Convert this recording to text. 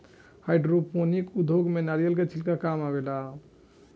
hydroponic उद्योग में नारिलय के छिलका काम मेआवेला